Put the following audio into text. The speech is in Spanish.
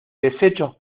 deshechos